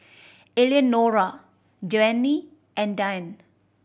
Eleanora Joanie and Diane